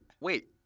Wait